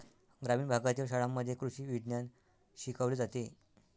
ग्रामीण भागातील शाळांमध्ये कृषी विज्ञान शिकवले जाते